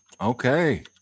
Okay